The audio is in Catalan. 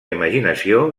imaginació